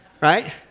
Right